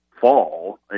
fall